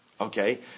Okay